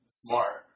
smart